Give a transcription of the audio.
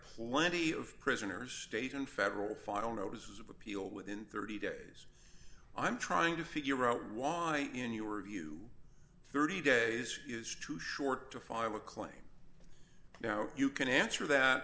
plenty of prisoners state and federal far no notice of appeal within thirty days i'm trying to figure out why in your view thirty days is true short to file a claim now you can answer that